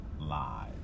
Live